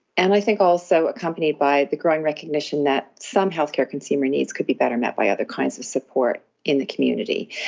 and i think also accompanied by the growing recognition that some healthcare consumer needs could be better met by other kinds of support in the community.